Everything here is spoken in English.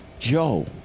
Yo